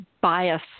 bias